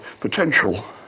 potential